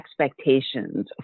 expectations